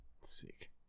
Sick